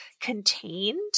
contained